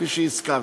כפי שהזכרת.